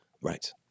Right